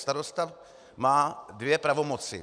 Starosta má dvě pravomoci.